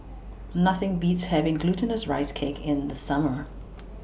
Nothing Beats having Glutinous Rice Cake in The Summer